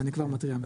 אז אני כבר מתריע.